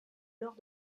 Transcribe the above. lors